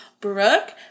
Brooke